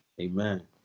Amen